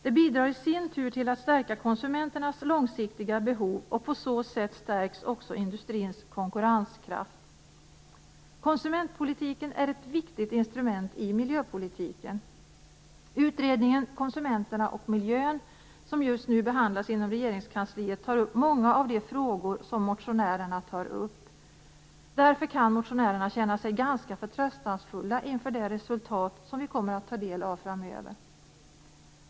Det bidrar i sin tur till att stärka konsumenternas långsiktiga behov och på så sätt stärks också industrins konkurrenskraft. Konsumentpolitiken är ett viktigt instrument i miljöpolitiken. Utredningen Konsumenterna och miljön, som just nu behandlas inom Regeringskansliet, tar upp många av de frågor som motionärerna tar upp. Därför kan motionärerna känna sig ganska förtröstansfulla inför det resultat som vi kommer att få ta del av framöver.